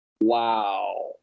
Wow